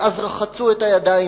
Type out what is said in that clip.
ואז רחצו בה את הידיים.